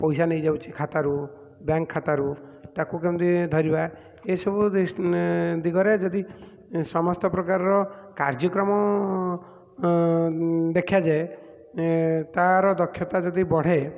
ପଇସା ନେଇଯାଉଛି ଖାତାରୁ ବ୍ୟାଙ୍କ୍ ଖାତାରୁ ତାକୁ କେମତି ଧରିବା ଏଇସବୁ ଦିଗରେ ଯଦି ସମସ୍ତ ପ୍ରକାରର କାର୍ଯ୍ୟକ୍ରମ ଦେଖାଯାଏ ତା'ର ଦକ୍ଷତା ଯଦି ବଢ଼େ